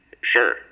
Sure